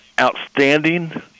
outstanding